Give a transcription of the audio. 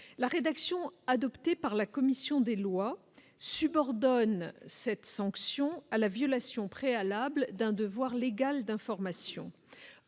la rédaction adoptée par la commission des lois subordonne cette sanction à la violation préalable d'un devoir légal d'information,